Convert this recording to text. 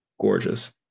gorgeous